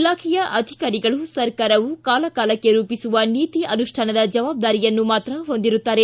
ಇಲಾಖೆಯ ಅಧಿಕಾರಿಗಳು ಸರ್ಕಾರವು ಕಾಲಕಾಲಕ್ಕೆ ರೂಪಿಸುವ ನೀತಿ ಅನುಷ್ಠಾನದ ಜವಾಬ್ದಾರಿಯನ್ನು ಮಾತ್ರ ಹೊಂದಿರುತ್ತಾರೆ